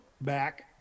back